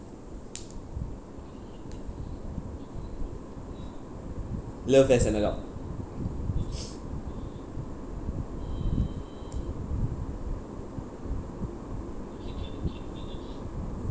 love as an adult